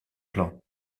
plans